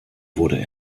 wurde